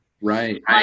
Right